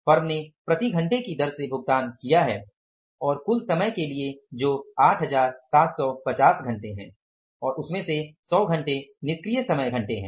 firm ने प्रति घंटे की दर से भुगतान किया है और कुल समय के लिए जो 8750 घंटे है और उसमें से 100 घंटे निष्क्रिय समय घंटे हैं